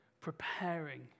preparing